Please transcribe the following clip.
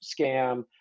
scam